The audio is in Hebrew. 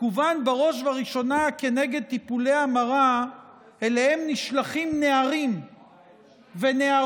כוון בראש ובראשונה נגד טיפולי ההמרה שאליהם נשלחים נערים ונערות.